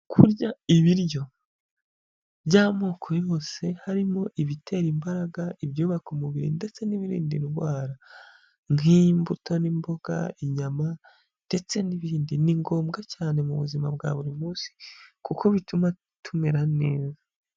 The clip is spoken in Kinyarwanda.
Kurya ibiryo by'amoko yose, harimo ibitera imbaraga, ibyubaka umubiri ndetse n'ibiri indwara nk'imbuto n'imboga inyama ndetse n'ibindi. Ni ngombwa cyane mu buzima bwa buri munsi kuko bituma tumera neza.